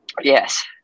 Yes